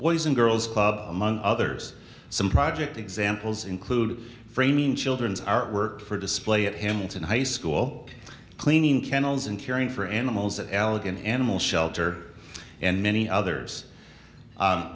boys and girls club among others some project examples include framing children's artwork for display at him in high school cleaning kennels and caring for animals at allegan animal shelter and many others